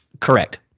Correct